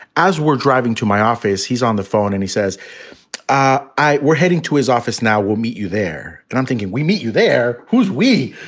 as we're driving to my office. he's on the phone and he says we're heading to his office. now, we'll meet you there. and i'm thinking we meet you there. who's we?